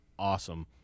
Awesome